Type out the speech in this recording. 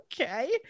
okay